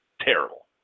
terrible